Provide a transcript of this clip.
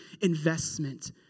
investment